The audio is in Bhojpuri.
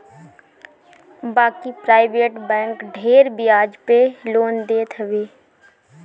बाकी प्राइवेट बैंक ढेर बियाज पअ लोन देत हवे